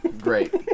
Great